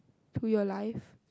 to your life